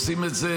עושים את זה